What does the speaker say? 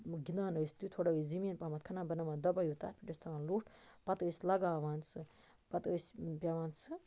تہٕ گِندان ٲسۍ تہٕ تھوڑا ٲسۍ زمیٖن پَہمَتھ کھَنان بَناوان دۄبَے ہیوٗ تتھ بیٚیہِ أسۍ تھاوان لوٚٹھ پَتہٕ ٲسۍ لَگاوان سُہ پَتہٕ ٲسۍ پیٚوان سُہ